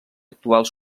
actuals